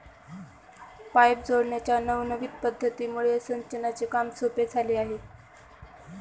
pipe जोडण्याच्या नवनविन पध्दतीमुळे सिंचनाचे काम सोपे झाले आहे